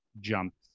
jumps